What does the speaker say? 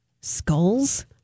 Skulls